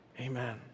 Amen